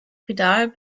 pedal